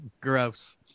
Gross